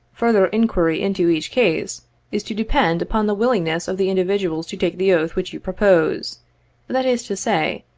further inquiry into each case is to depend upon the willingness of the individual to take the oath which you propose that is to say,